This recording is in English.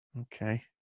okay